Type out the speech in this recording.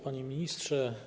Panie Ministrze!